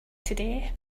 today